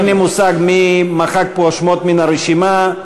אין לי מושג מי מחק פה שמות מן הרשימה.